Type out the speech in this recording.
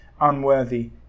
unworthy